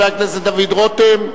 חבר הכנסת דוד רותם.